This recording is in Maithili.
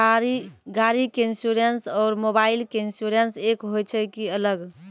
गाड़ी के इंश्योरेंस और मोबाइल के इंश्योरेंस एक होय छै कि अलग?